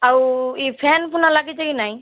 ଆଉ ଇ ଫେନ୍ ଫୁନା ଲାଗିଛେ କି ନାଇଁ